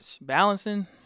balancing